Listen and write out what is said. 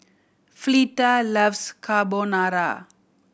Fleta loves Carbonara